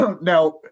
now